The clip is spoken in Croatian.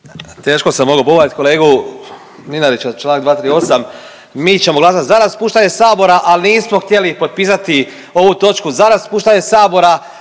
se ne razumije./…kolegu Mlinarića, čl. 238.. Mi ćemo glasat za raspuštat sabora, al nismo htjeli potpisati ovu točku za raspuštanje sabora,